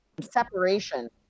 separation